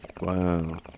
Wow